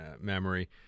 memory